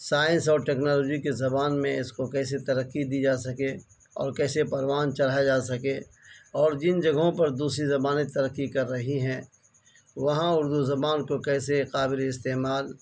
science اور technology کی زبان میں اس کو کیسے ترقی دی جا سکے اور کیسے پروان چڑھایا جا سکے اور جن جگہوں پر دوسری زبانیں ترقی کر رہی ہیں وہاں اردو زبان کو کیسے قابل استعمال